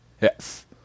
Yes